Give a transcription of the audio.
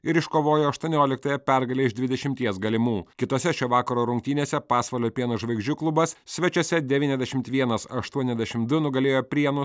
ir iškovojo aštuonioliktąją pergalę iš dvidešimties galimų kitose šio vakaro rungtynėse pasvalio pieno žvaigždžių klubas svečiuose devyniasdešimt vienas aštuoniasdešimt du nugalėjo prienų